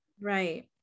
Right